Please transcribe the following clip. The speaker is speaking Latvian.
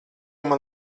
man